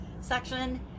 section